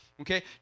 okay